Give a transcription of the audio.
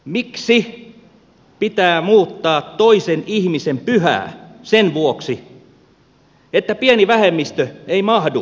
miksi pitää muuttaa toisen ihmisen pyhää sen vuoksi että pieni vähemmistö ei mahdu tradition raameihin